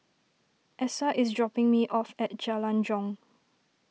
Essa is dropping me off at Jalan Jong